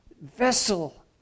vessel